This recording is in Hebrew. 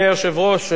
חברי הכנסת,